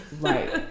Right